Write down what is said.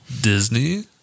Disney